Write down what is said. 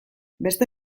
beste